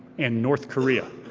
and north korea,